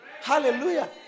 Hallelujah